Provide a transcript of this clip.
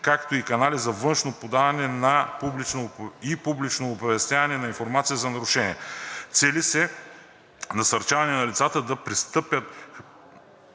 както и канали за външно подаване и публично оповестяване на информация за нарушения. Цели се насърчаване на лицата да пристъпят